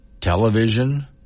television